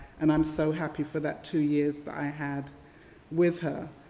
and i'm so happy for that two years that i had with her.